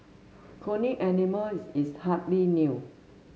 cloning animals is hardly new